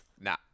Nah